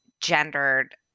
gendered